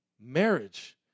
marriage